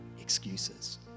excuses